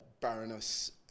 Baroness